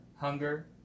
hunger